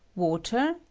water,